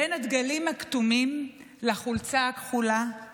// בין הדגלים הכתומים לחולצה כחולה /